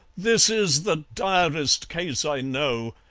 this is the direst case i know.